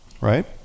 Right